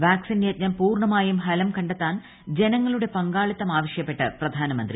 vaccine യജ്ഞം പൂർണ്ണമായും ഫലൂം കണ്ടെത്താൻ ജനങ്ങളുടെ പങ്കാളിത്തം ആവശ്യപ്പെട്ട് പ്ലൂധാനമന്ത്രി